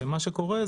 מה שקורה,